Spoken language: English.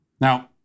Now